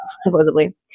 supposedly